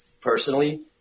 personally